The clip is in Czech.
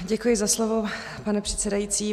Děkuji za slovo, pane předsedající.